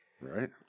Right